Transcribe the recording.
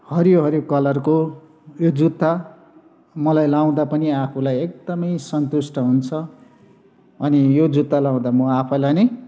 हरियो हरियो कलरको यो जुत्ता मलाई लाउँदा पनि आफुलाई एकदमै सन्तुष्ट हुन्छ अनि यो जुत्ता लाउँदा म आफैलाई नै